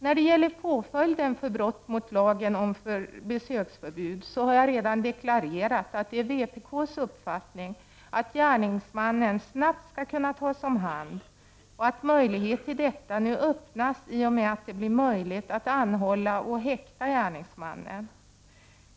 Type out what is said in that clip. När det gäller påföljden för brott mot lagen om om besöksförbud har jag redan deklarerat att det är vpk:s uppfattning att gärningsmannen snabbt skall kunna tas om hand och att möjlighet till detta nu öppnas i och med att man kan anhålla och häkta gärningsmannen.